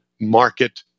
market